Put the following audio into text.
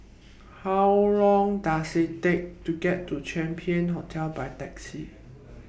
How Long Does IT Take to get to Champion Hotel By Taxi